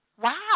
Wow